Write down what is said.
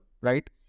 right